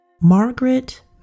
Margaret